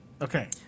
Okay